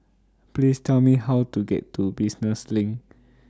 Please Tell Me How to get to Business LINK